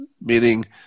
meaning